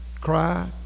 cry